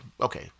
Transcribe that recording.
okay